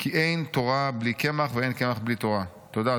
כי אין תורה בלי קמח ואין קמח בלי תורה'." אתה יודע,